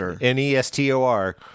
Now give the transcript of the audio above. N-E-S-T-O-R